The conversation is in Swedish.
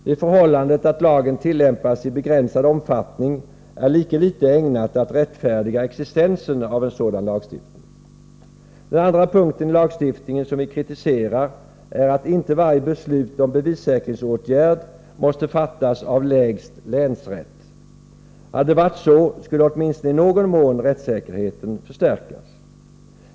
Det förhållandet att lagen tillämpas i begränsad omfattning är lika litet ägnat att rättfärdiga existensen av en sådan lagstiftning. Den andra punkten i lagstiftningen som vi kritiserar är att inte varje beslut om bevissäkringsåtgärd måste fattas av lägst länsrätt. Hade det varit så skulle åtminstone i någon mån rättssäkerheten förstärkas.